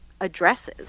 addresses